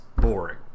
boring